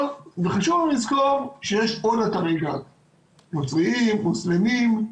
וחשוב לזכור שיש עוד אתרי דת, נוצריים, מוסלמיים.